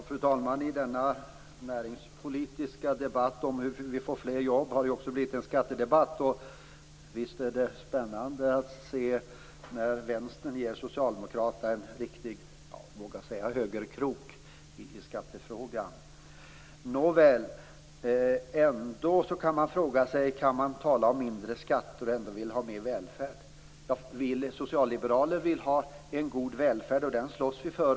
Fru talman! Denna näringspolitiska debatt om hur vi skall få fler jobb har också blivit en skattedebatt. Visst är det spännande att se när Vänsterpartiet ger Socialdemokraterna en riktig, vågar jag säga, högerkrok i skattefrågan. Nåväl, man kan ändå fråga sig om man kan tala om mindre skatter och ändå vilja ha mer välfärd? Vi socialliberaler vill ha en god välfärd, och den slåss vi för.